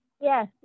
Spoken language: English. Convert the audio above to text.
yes